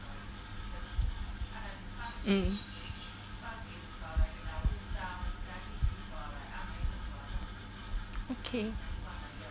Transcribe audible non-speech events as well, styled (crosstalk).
mm (noise) okay